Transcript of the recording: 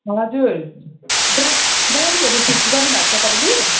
हजुर गा गाडीहरू ठिक गर्नु भएको तपाईँले